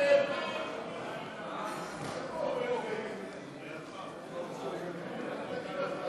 להסיר מסדר-היום את הצעת חוק תוכנית חירום